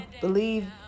believe